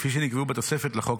כפי שנקבעו בתוספת לחוק,